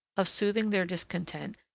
of soothing their discontent,